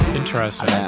interesting